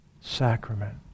sacrament